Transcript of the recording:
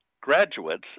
graduates